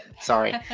sorry